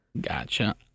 Gotcha